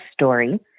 story